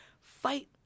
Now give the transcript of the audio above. fight